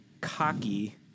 cocky